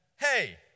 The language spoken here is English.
hey